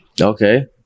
Okay